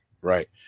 right